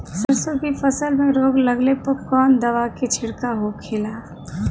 सरसों की फसल में रोग लगने पर कौन दवा के छिड़काव होखेला?